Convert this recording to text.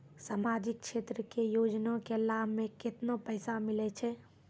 समाजिक क्षेत्र के योजना के लाभ मे केतना पैसा मिलै छै?